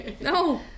No